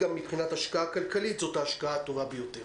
זאת גם ההשקעה הכלכלית הטובה ביותר.